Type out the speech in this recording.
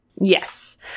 Yes